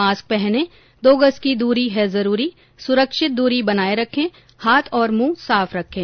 mask पहनें दो गज की दूरी है जरूरी सुरक्षित दूरी बनाए रखें हाथ और मुंह साफ रखें